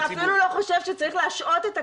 אפילו לא חושב שצריך להשעות את הקצין,